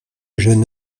jeune